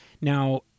Now